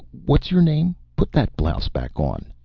what's-your-name. put that blouse back on!